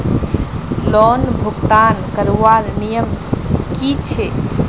Loan भुगतान करवार नियम की छे?